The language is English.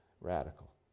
radical